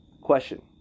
Question